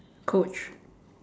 coach